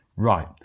Right